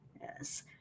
yes